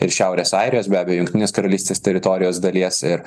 ir šiaurės airijos be abejo jungtinės karalystės teritorijos dalies ir